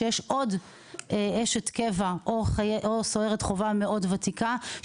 יש עוד אשת קבע או סוהרת חובה מאוד ותיקה,